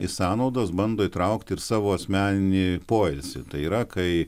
į sąnaudas bando įtraukti ir savo asmeninį poilsį tai yra kai